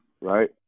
Right